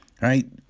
right